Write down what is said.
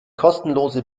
kostenlose